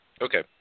Okay